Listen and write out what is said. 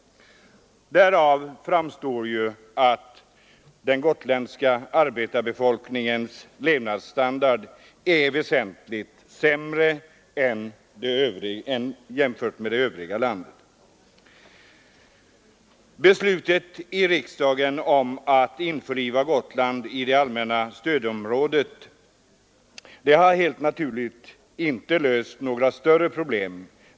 Därav framgår att den gotländska befolkningens levnadsstandard är väsentligt sämre än i det övriga landet. Beslut i riksdagen om att införliva Gotland i det allmänna stödområdet har helt naturligt inte löst några större problem.